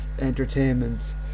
entertainment